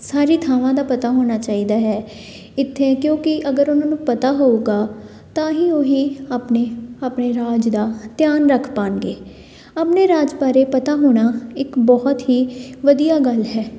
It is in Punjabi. ਸਾਰੀ ਥਾਵਾਂ ਦਾ ਪਤਾ ਹੋਣਾ ਚਾਹੀਦਾ ਹੈ ਇੱਥੇ ਕਿਉਂਕਿ ਅਗਰ ਉਹਨਾਂ ਨੂੰ ਪਤਾ ਹੋਊਗਾ ਤਾਂ ਹੀ ਉਹੀ ਆਪਣੇ ਆਪਣੇ ਰਾਜ ਦਾ ਧਿਆਨ ਰੱਖ ਪਾਉਣਗੇ ਆਪਣੇ ਰਾਜ ਬਾਰੇ ਪਤਾ ਹੋਣਾ ਇੱਕ ਬਹੁਤ ਹੀ ਵਧੀਆ ਗੱਲ ਹੈ